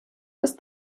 ist